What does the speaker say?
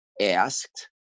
Asked